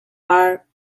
are